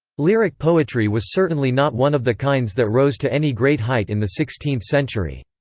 lyric poetry was certainly not one of the kinds that rose to any great height in the sixteenth century.